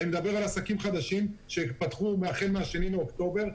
אני מדבר על עסקים חדשים שפתחו החל מ-2 באוקטובר.